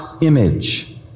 image